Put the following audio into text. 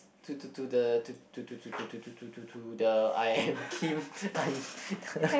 to to to the to to to to to to to to to to the I'm Kim I'm